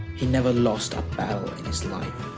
he never lost a battle in his life.